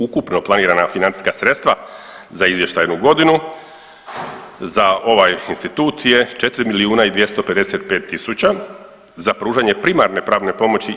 Ukupno planirana financijska sredstava za izvještajnu godinu za ovaj institut je 4 milijuna i 255 tisuća za pružanje primarne pravne pomoći.